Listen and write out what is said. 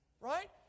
right